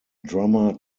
drummer